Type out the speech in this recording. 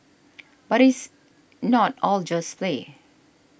but it's not all just play